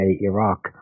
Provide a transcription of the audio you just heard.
Iraq